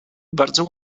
bardzo